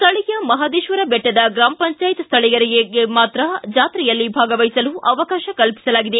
ಸ್ಥಳೀಯ ಮಹದೇಶ್ವರ ಬೆಟ್ಟದ ಗ್ರಾಮ ಪಂಚಾಯತ್ ಸ್ಥಳೀಯರಿಗೆ ಮಾತ್ರ ಜಾತ್ರೆಯಲ್ಲಿ ಭಾಗವಹಿಸಲು ಅವಕಾತ ಕಲ್ಪಿಸಲಾಗಿದೆ